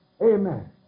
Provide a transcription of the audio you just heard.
Amen